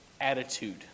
attitude